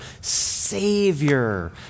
Savior